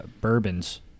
bourbons